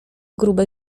grube